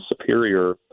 superior